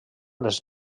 les